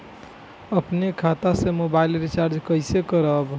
अपने खाता से मोबाइल रिचार्ज कैसे करब?